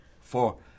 four